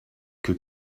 que